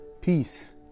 peace